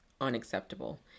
unacceptable